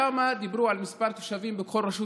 שם דיברו על מספר תושבים בכל רשות